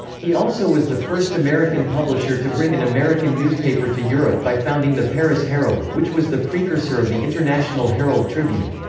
he also was the first american publisher to bring an american newspaper to europe by founding the paris herald, which was the precursor of the international herald tribune.